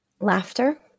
laughter